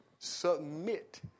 submit